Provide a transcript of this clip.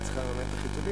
היא צריכה לממן את החיתולים,